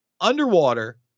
underwater